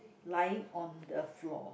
lying on the floor